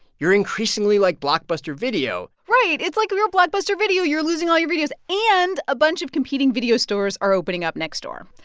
you're increasingly like blockbuster video right. it's like, if you're blockbuster video, you're losing all your videos, and a bunch of competing video stores are opening up next door.